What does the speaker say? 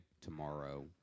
tomorrow